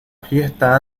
fiesta